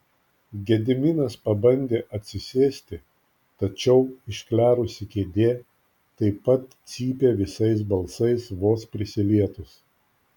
gediminas pabandė atsisėsti tačiau išklerusi kėdė taip pat cypė visais balsais vos prisilietus